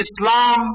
Islam